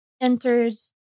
enters